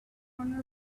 corner